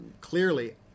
clearly